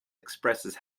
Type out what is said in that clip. expresses